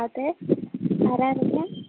അതെ ആരാണ് വിളിക്കുന്നത്